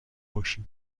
باشیم